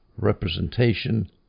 representation